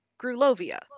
Grulovia